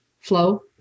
flow